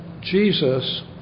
Jesus